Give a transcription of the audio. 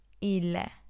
ile